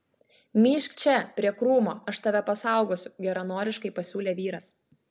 myžk čia prie krūmo aš tave pasaugosiu geranoriškai pasiūlė vyras